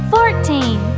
Fourteen